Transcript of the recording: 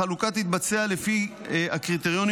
החלוקה תתבצע לפי הקריטריונים,